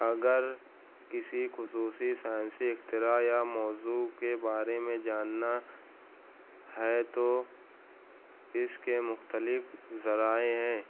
اگر کسی خصوصی سائنسی اکھتراع یا موضوع کے بارے میں جاننا ہے تو اس کے مختلف ذرائع ہیں